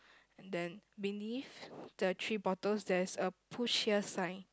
and then beneath the three bottles there's a push here sign